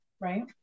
right